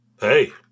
hey